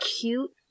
cute